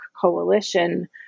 coalition